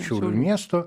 šiaulių miesto